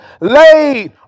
laid